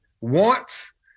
wants